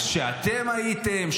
היא: כשאתם הייתם,